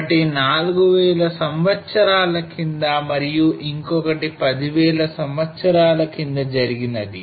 ఒకటి 4000 సంవత్సరాల కింద మరియు ఇంకొకటి 10000 సంవత్సరాల కింద జరిగినది